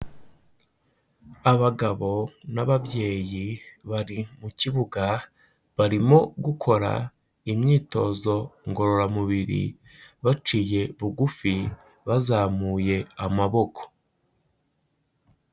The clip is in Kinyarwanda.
Abagabo n'ababyeyi bari mu kibuga, barimo gukora imyitozo ngororamubiri baciye bugufi, bazamuye amaboko.